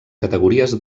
categories